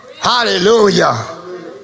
hallelujah